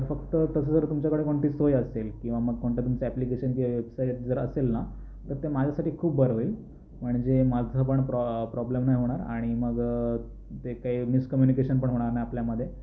तर फक्त तसं जर तुमच्याकडे कोणती सोय असेल किंवा मग कोणता तुमचा ऍप्लिकेशन व्यावसायिक असेल ना तर ते माझ्यासाठी खूप बरं होईल म्हणजे माझं पण प्रॉ प्रॉब्लेम नाही होणार आणि मग ते काय मिसकम्युनिकेशन पण होणार नाही आपल्यामध्ये